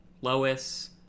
lois